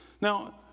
Now